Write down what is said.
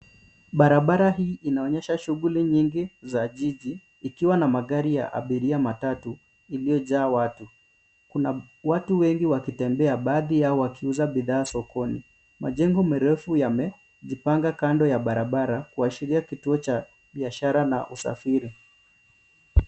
Barabara hii inaonyesha shughuli nyingi za jiji , ikiwa na magari ya abiria, matatu, iliyojaa watu. Kuna watu wengi wakitembea, baadhi yao wakiuza bidhaa sokoni. Majengo marefu yamejipanga kando ya barabara, kuashiria kituo cha biashara na usafiri.